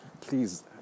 please